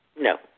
No